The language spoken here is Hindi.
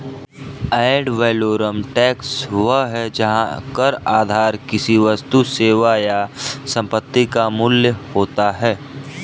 एड वैलोरम टैक्स वह है जहां कर आधार किसी वस्तु, सेवा या संपत्ति का मूल्य होता है